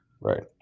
Right